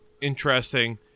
interesting